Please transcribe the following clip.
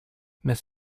miss